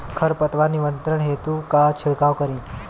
खर पतवार नियंत्रण हेतु का छिड़काव करी?